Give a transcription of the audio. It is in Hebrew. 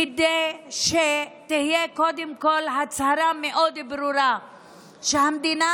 כדי שתהיה קודם כול הצהרה מאוד ברורה שהמדינה